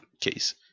case